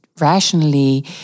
rationally